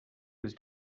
was